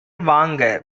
வாங்க